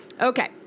Okay